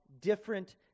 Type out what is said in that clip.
different